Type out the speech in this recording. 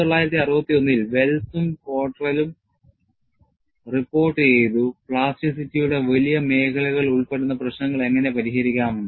1961ൽ വെൽസും കോട്രലും റിപ്പോർട്ടുചെയ്തു പ്ലാസ്റ്റിറ്റിയുടെ വലിയ മേഖലകൾ ഉൾപ്പെടുന്ന പ്രശ്നങ്ങൾ എങ്ങനെ പരിഹരിക്കാമെന്ന്